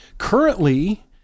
currently